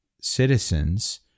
citizens